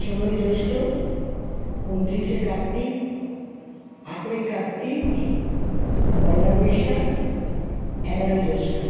ষোলোই জ্যৈষ্ঠ উনত্রিশে কার্তিক আটই কার্তিক পয়লা বৈশাখ এগারোই জ্যৈষ্ঠ